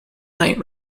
night